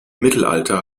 mittelalter